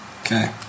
Okay